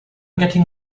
getting